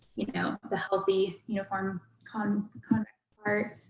you know, the healthy uniform comb kind of part.